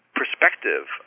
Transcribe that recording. perspective